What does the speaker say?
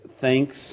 thanks